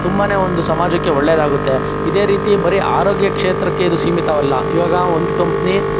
ತುಂಬನೇ ಒಂದು ಸಮಾಜಕ್ಕೆ ಒಳ್ಳೆದಾಗುತ್ತೆ ಇದೇ ರೀತಿ ಬರಿ ಆರೋಗ್ಯ ಕ್ಷೇತ್ರಕ್ಕೆ ಇದು ಸೀಮಿತವಲ್ಲ ಈವಾಗ ಒಂದು ಕಂಪ್ನಿ